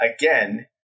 again